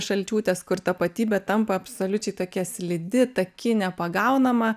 šalčiūtės kur tapatybė tampa absoliučiai tokia slidi taki nepagaunama